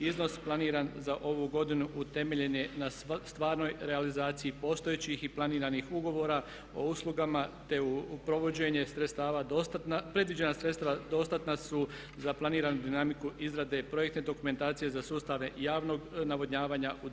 Iznos planiran za ovu godinu utemeljen je na stvarnoj realizaciji postojećih i planiranih ugovora o uslugama, te provođenje sredstava dostatna, predviđena sredstva dostatna su za planiranu dinamiku izrade projektne dokumentacije za sustave javnog navodnjavanja u 2016. godini.